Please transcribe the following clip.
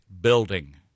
building